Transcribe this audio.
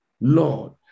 Lord